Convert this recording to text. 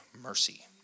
mercy